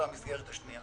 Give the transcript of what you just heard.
את המסגרת השנייה.